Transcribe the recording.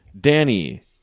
Danny